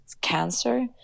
cancer